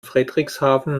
frederikshavn